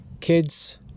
kids